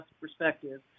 perspective